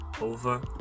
over